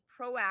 proactive